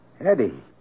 Eddie